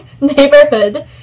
neighborhood